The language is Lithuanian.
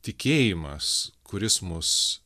tikėjimas kuris mus